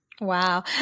Wow